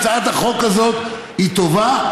הצעת החוק הזאת היא טובה,